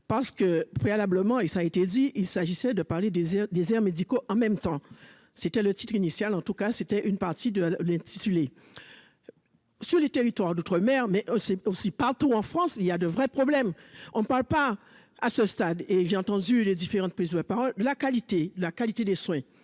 parce que, préalablement, et ça a été, il il s'agissait de parler des déserts médicaux en même temps, c'était le titre initial en tout cas c'était une partie de l'intitulé sur les territoires d'outre-mer, mais c'est aussi partout en France, il y a de vrais problèmes, on ne parle pas à ce stade et j'ai entendu les différentes prises de parole, la qualité, la qualité des soins,